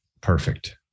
perfect